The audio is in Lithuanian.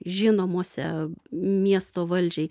žinomuose miesto valdžiai